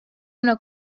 una